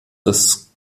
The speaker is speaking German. das